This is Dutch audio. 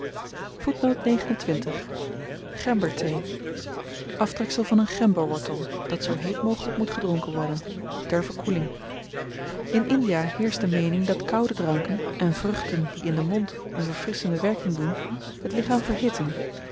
gemberthee aftreksel van aan gemberwortel dat zoo heet mogelyk moet gedronken worden ter verkoeling in india heerscht de meening dat koude dranken en vruchten die in den mond een verfrisschende werking doen t lichaam verhitten